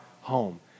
home